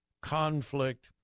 conflict